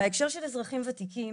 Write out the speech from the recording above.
בהקשר של אזרחים ותיקים,